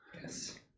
yes